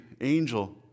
angel